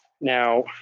Now